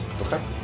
Okay